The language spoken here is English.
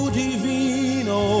divino